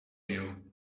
you